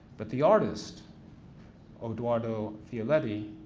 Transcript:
but the artist odoardo fialetti,